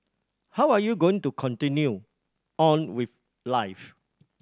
how are you going to continue on with life